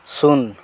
ᱥᱩᱱ